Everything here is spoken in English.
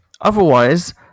Otherwise